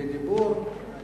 אני